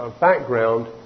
Background